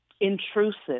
intrusive